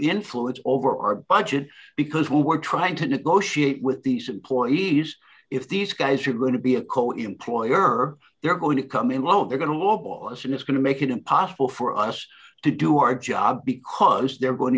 influence over our budget because we were trying to negotiate with these employees if these guys are going to be a coat employer they're going to come in whoa they're going to lowball us and it's going to make it impossible for us to do our job because they're go